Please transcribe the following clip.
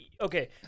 Okay